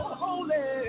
holy